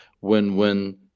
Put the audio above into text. win-win